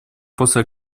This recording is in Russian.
после